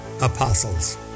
apostles